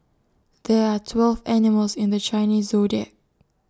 there are twelve animals in the Chinese Zodiac